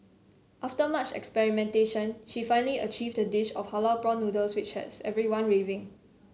after much experimentation she finally achieved a dish of halal prawn noodles which has everyone raving